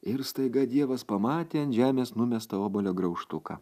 ir staiga dievas pamatė ant žemės numestą obuolio graužtuką